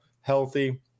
healthy